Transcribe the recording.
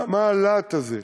מה הלהט הזה?